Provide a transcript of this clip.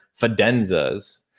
Fidenzas